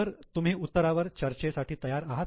तर तुम्ही उत्तरावर चर्चेसाठी तयार आहात